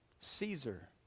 Caesar